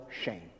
shame